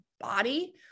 body